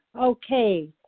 okay